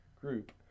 group